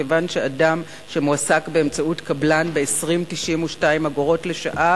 כיוון שאדם שמועסק באמצעות קבלן ב-20.92 שקלים לשעה